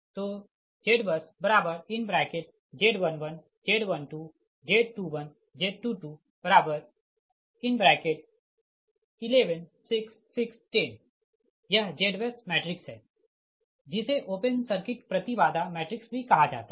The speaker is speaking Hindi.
तो ZBUSZ11 Z12 Z21 Z22 11 6 6 10 यह ZBUS मैट्रिक्स है जिसे ओपन सर्किट प्रति बाधा मैट्रिक्स भी कहा जाता है